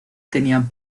tenían